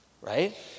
Right